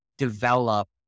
develop